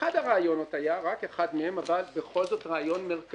אחד הרעיונות היה רק אחד מהם, אבל רעיון מרכזי